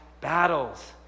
battles